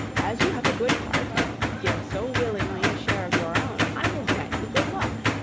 as you have a good heart and give so willingly a share of your own, i will grant you good luck.